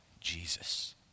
Jesus